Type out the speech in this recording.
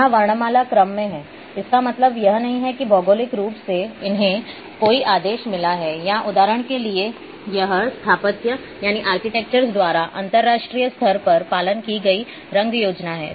यहां वर्णमाला क्रम में है इसका मतलब यह नहीं है कि भौगोलिक रूप से उन्हें कोई आदेश मिला है या उदाहरण के लिए यह स्थापत्य द्वारा अंतरराष्ट्रीय स्तर पर पालन की गई रंग योजना है